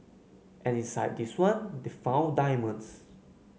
and inside this one they found diamonds